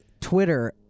Twitter